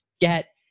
get